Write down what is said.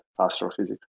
astrophysics